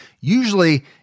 usually